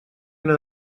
una